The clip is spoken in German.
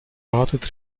wartet